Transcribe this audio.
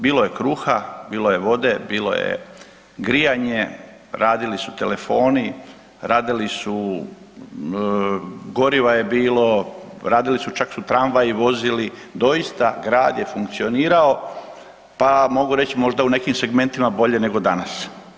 Bilo je kruha, bilo je vode, bilo je grijanje, radili su telefoni, radili su goriva je bilo, čak su tramvaji vozili, doista grad je funkcionirao pa mogu reći možda u nekim segmentima bolje nego danas.